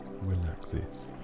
Relaxes